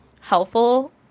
helpful